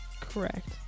Correct